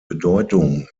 bedeutung